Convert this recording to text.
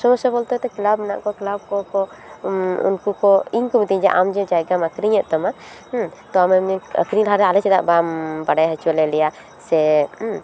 ᱥᱳᱢᱳᱥᱟ ᱵᱚᱞᱛᱮ ᱠᱞᱟᱵ ᱦᱮᱱᱟᱜ ᱠᱚᱣᱟ ᱠᱞᱟᱵ ᱠᱚᱠᱚ ᱩᱱᱠᱩ ᱠᱚ ᱤᱧ ᱠᱚ ᱢᱤᱛᱟᱹᱧᱟ ᱟᱢ ᱡᱮ ᱡᱟᱭᱜᱟᱢ ᱟᱹᱠᱷᱨᱤᱧᱮᱫ ᱛᱟᱢᱟ ᱛᱚ ᱟᱢᱮᱢ ᱟᱹᱠᱷᱨᱤᱧ ᱞᱟᱦᱟ ᱨᱮ ᱟᱞᱮ ᱪᱮᱫᱟᱟᱜ ᱵᱟᱢ ᱵᱟᱲᱟᱭ ᱦᱚᱪᱚ ᱞᱮᱫ ᱞᱮᱭᱟ ᱥᱮ